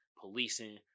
policing